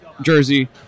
jersey